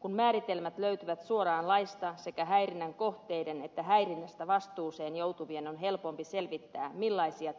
kun määritelmät löytyvät suoraan laista sekä häirinnän kohteiden että häirinnästä vastuuseen joutuvien on helpompi selvittää millaisia